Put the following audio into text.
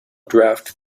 draft